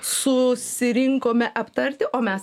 susirinkome aptarti o mes